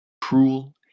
cruel